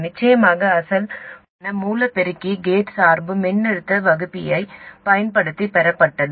நிச்சயமாக அசல் பொதுவான மூல பெருக்கி கேட் சார்பு மின்னழுத்த வகுப்பியைப் பயன்படுத்தி பெறப்பட்டது